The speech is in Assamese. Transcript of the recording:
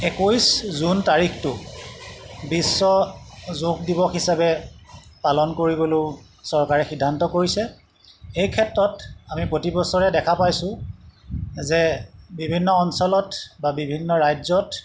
একৈছ জুন তাৰিখটো বিশ্ব যোগ দিৱস হিচাপে পালন কৰিবলৈও চৰকাৰে সিদ্ধান্ত কৰিছে এই ক্ষেত্ৰত আমি প্ৰতিবছৰে দেখা পাইছোঁ যে বিভিন্ন অঞ্চলত বা বিভিন্ন ৰাজ্যত